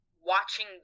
watching